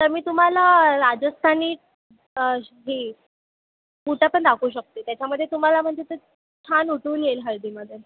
तर मी तुम्हाला राजस्थानी ही बुटं पण दाखवू शकते त्याच्यामध्ये तुम्हाला म्हणजे ते छान उठून येईल हळदीमध्ये